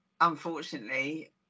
unfortunately